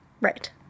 right